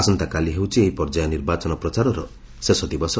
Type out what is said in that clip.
ଆସନ୍ତାକାଲି ହେଉଛି ଏହି ପର୍ଯ୍ୟାୟ ନିର୍ବାଚନ ପ୍ରଚାରର ଶେଷ ଦିବସ